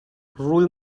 rul